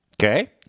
Okay